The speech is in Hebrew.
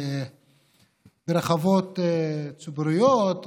ברחבות ציבוריות,